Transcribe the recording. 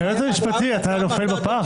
היועץ המשפטי, אתה נופל בפח?